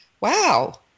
Wow